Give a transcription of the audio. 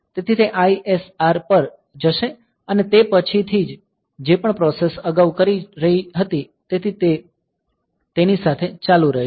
તેથી તે ISR પર જશે અને તે પછીથી જે પણ પ્રોસેસ અગાઉ કરી રહી હતી તેથી તે તેની સાથે ચાલુ રહેશે